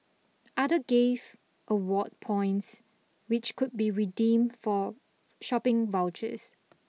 other gave award points which could be redeemed for shopping vouchers